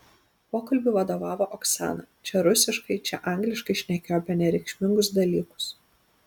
pokalbiui vadovavo oksana čia rusiškai čia angliškai šnekėjo apie nereikšmingus dalykus